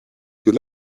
you